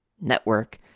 network